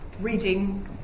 reading